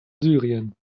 syrien